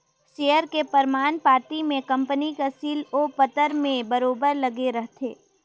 share के परमान पाती में कंपनी कर सील ओ पतर में बरोबेर लगे रहथे